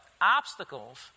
obstacles